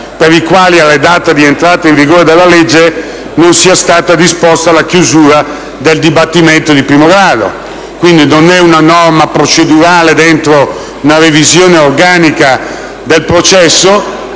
per i quali, alla data di entrata di in vigore della legge, non sia stata disposta la chiusura del dibattimento di primo grado. Non è una norma procedurale all'interno di una revisione organica del processo,